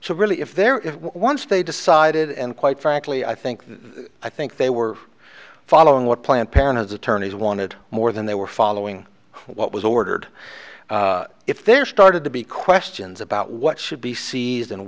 so really if there is one stay decided and quite frankly i think that i think they were following what planned parenthood's attorneys wanted more than they were following what was ordered if there started to be questions about what should be